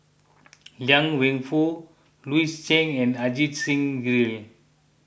Liang Wenfu Louis Chen and Ajit Singh Gill